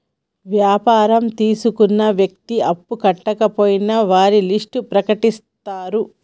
వ్యాపారం తీసుకున్న వ్యక్తి అప్పు కట్టకపోయినా వారి లిస్ట్ ప్రకటిత్తరు